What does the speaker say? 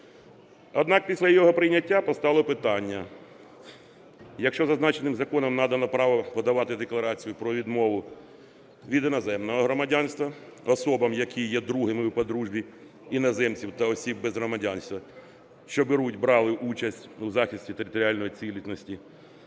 Однак після його прийняття постало питання, якщо зазначеним законом надано право подавати декларацію про відмову від іноземного громадянства особам, які є другими у подружжі іноземців та осіб без громадянства, що беруть (брали) участь у захисті територіальної цілісності